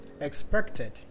expected